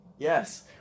Yes